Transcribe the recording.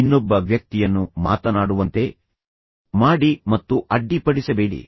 ಇನ್ನೊಬ್ಬ ವ್ಯಕ್ತಿಯನ್ನು ಮಾತನಾಡುವಂತೆ ಮಾಡಿ ಮತ್ತು ಅಡ್ಡಿಪಡಿಸಬೇಡಿ